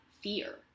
Fear